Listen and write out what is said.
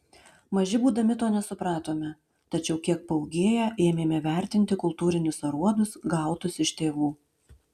maži būdami to nesupratome tačiau kiek paūgėję ėmėme vertinti kultūrinius aruodus gautus iš tėvų